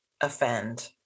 offend